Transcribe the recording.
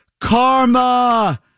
Karma